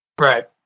Right